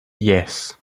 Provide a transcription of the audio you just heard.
yes